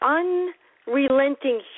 unrelenting